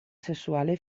sessuale